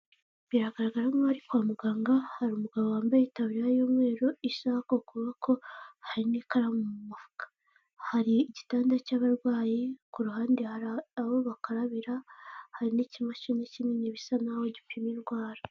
Biragaragara nkaho ari kwa muganga. Hari umugabo wambaye itaburiya y'umweru, isaha isaha kukuboko hari n'ikaramu mu mufuka. Hari igitanda cy'abarwayi, ku ruhande hari aho bakarabira, hari n'ikimashini kinini bisa naho gipima indwara.